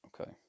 Okay